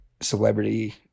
Celebrity